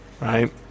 right